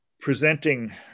presenting